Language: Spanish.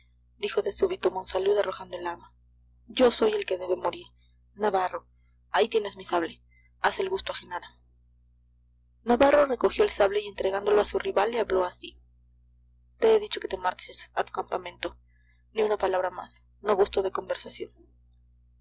dijo de súbito monsalud arrojando el arma yo soy el que debe morir navarro ahí tienes mi sable haz el gusto a genara navarro recogió el sable y entregándolo a su rival le habló así te he dicho que te marches a tu campamento ni una palabra más no gusto de conversación